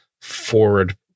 forward